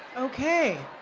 okay.